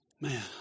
Man